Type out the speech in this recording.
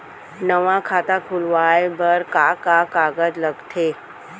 नवा खाता खुलवाए बर का का कागज लगथे?